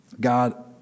God